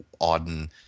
Auden